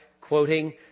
quoting